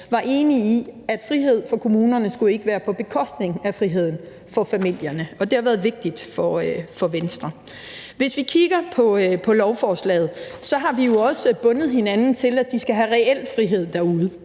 var enig i, at frihed for kommunerne ikke skulle være på bekostning af friheden for familierne. Og det har været vigtigt for Venstre. Hvis vi kigger på lovforslaget, har vi jo også bundet hinanden til, at de skal have reel frihed derude.